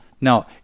Now